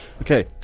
Okay